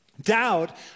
doubt